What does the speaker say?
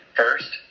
first